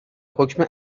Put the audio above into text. حکم